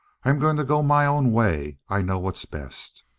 i'm going to go my own way. i know what's best.